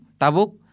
Tabuk